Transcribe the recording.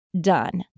done